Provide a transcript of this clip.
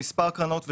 של מספר קרנות,